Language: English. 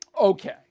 Okay